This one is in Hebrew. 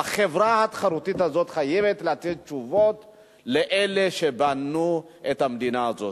והחברה התחרותית הזאת חייבת לתת תשובות לאלה שבנו את המדינה הזאת.